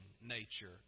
nature